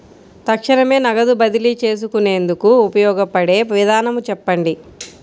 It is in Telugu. తక్షణమే నగదు బదిలీ చేసుకునేందుకు ఉపయోగపడే విధానము చెప్పండి?